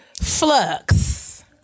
flux